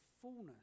fullness